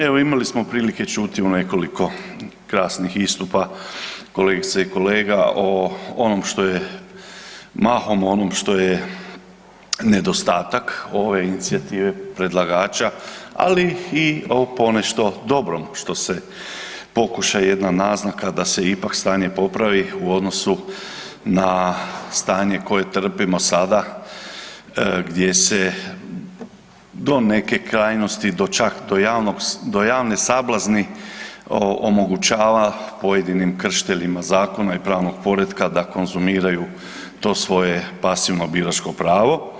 Evo imali smo prilike čuti u nekoliko krasnih istupa kolegica i kolega o onom što je, mahom ono što je nedostatak ove inicijative predlagača, ali i ponešto dobrom što se, pokuša jedna naznaka da se ipak stanje popravi u odnosu na stanje koje trpimo sada gdje se do neke krajnosti, do čak do javne sablazni omogućava pojedinim kršiteljima zakona i pravnog poretka da konzumiraju to svoje pasivno biračko pravo.